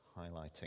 highlighting